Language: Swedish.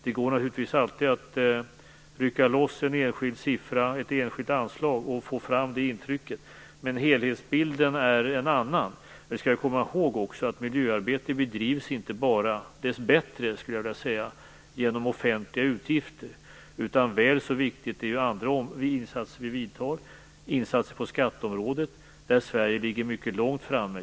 Det går naturligtvis alltid att rycka loss en enskild siffra, ett enskilt anslag, och få fram det intrycket. Men helhetsbilden är en annan. Vi skall också komma ihåg att miljöarbete dess bättre inte bedrivs bara med offentliga utgifter. Väl så viktigt är andra insatser som vi gör, t.ex. insatser på skatteområdet, där Sverige ligger mycket långt framme.